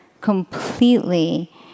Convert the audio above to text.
completely